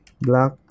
black